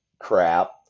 crap